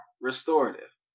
restorative